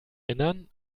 innern